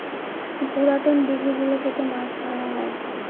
পুরাতন দিঘি গুলো থেকে মাছ ধরা হয়